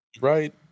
Right